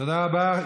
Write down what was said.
תודה רבה.